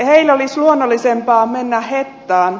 heille olisi luonnollisempaa mennä hettaan